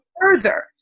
further